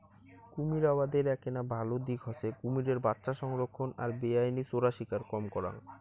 কুমীর আবাদের এ্যাকনা ভাল দিক হসে কুমীরের বাচ্চা সংরক্ষণ আর বেআইনি চোরাশিকার কম করাং